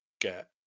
get